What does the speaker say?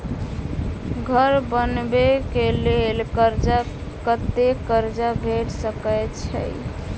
घर बनबे कऽ लेल कर्जा कत्ते कर्जा भेट सकय छई?